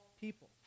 people